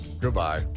Goodbye